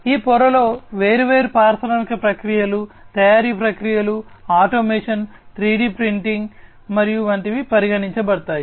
ఈ పొరలో వేర్వేరు పారిశ్రామిక ప్రక్రియలు తయారీ ప్రక్రియలు ఆటోమేషన్ 3 డి ప్రింటింగ్ మరియు వంటివి పరిగణించబడతాయి